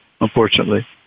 unfortunately